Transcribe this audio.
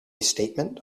statement